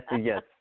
Yes